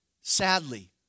sadly